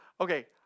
okay